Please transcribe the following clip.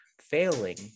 failing